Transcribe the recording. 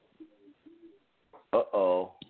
Uh-oh